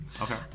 okay